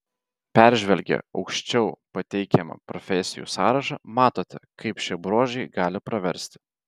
peržvelgę aukščiau pateikiamą profesijų sąrašą matote kaip šie bruožai gali praversti